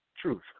Truth